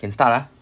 can start ah